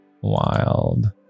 Wild